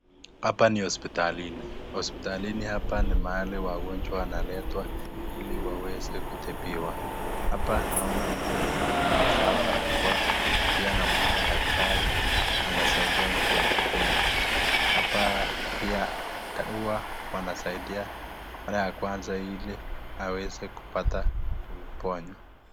Hapa ni hospitalini, hospitalini hapa ni mahali wagonjwa wanaletwa ili waweze kutibiwa. Hapa naona mgonjwa amevaa barakoa, pia namwona daktari anasaidia mgonjwa huyu. Hapa pia huwa wanasaidia mara ya kwanza ili aweze kupata kuponywa.